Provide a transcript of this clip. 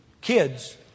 Kids